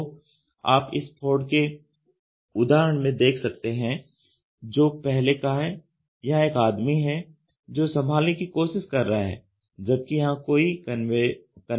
तो आप इस फोर्ड के उदाहरण में देख सकते हैं जो पहले का है यहां एक आदमी है जो संभालने की कोशिश कर रहा है जबकि यहां कोई कन्वेयर नहीं है